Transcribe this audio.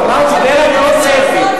אמרתי: הרבה מאוד צעדים.